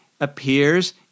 appears